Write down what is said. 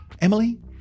Emily